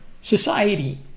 society